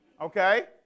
Okay